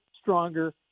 stronger